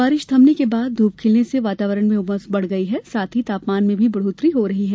बारिश थमने के बाद धूप खिलने से वातावरण में उमस बढ़ गयी है साथ ही तापमान में भी बढौत्री हो रही है